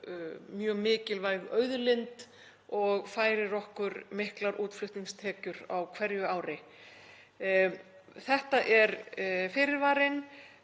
mjög mikilvæg auðlind og færir okkur miklar útflutningstekjur á hverju ári. Þetta er fyrirvarinn.